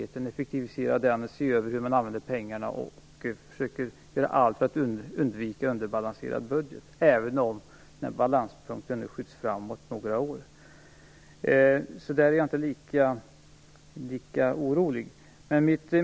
Jag tror inte heller att man kommer att sluta se över hur pengarna används eller att man kommer att sluta försöka göra allt för att undvika en underbalanserad budget - även om balanspunkten nu skjuts fram några år. Där är jag inte lika orolig.